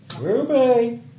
Ruby